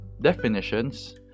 definitions